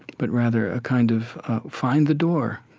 but rather, a kind of find the door.